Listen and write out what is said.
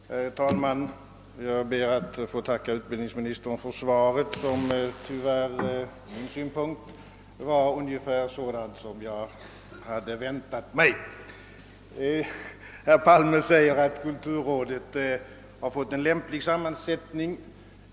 Herr talman! Jag ber att få tacka utbildningsministern för svaret, som tyvärr från min synpunkt var ungefär sådant som jag hade väntat mig. Herr Palme säger, att kulturrådet har fått en lämplig sammansättning.